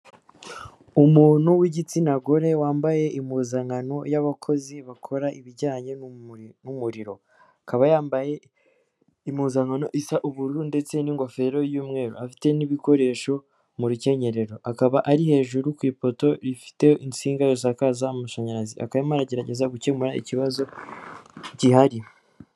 Umuntu w'igitsina gore wambaye impuzankano y'abakozi bakora ibijyanye n'umuriro. Akaba yambaye impuzankano isa ubururu, ndetse n'ingofero y'umweru. Afite n'ibikoresho mu rukenyerero. Akaba ari hejuru ku ipoto ifite urutsinga rusakaza amashanyarazi. Akaba arimo aragerageza gukemura ikibazo gihari.